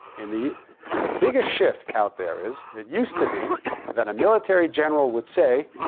and the and the biggest shift out there is it used to be that a military general would say,